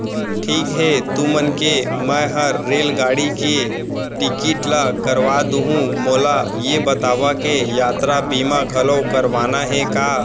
ठीक हे तुमन के मैं हर रेलगाड़ी के टिकिट ल करवा दुहूँ, मोला ये बतावा के यातरा बीमा घलौ करवाना हे का?